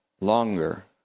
longer